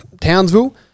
Townsville